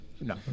no